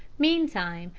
meantime,